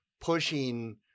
Pushing